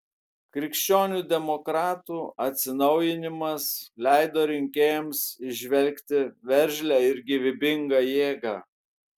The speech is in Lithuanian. krikščionių demokratų atsinaujinimas leido rinkėjams įžvelgti veržlią ir gyvybingą jėgą